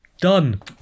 Done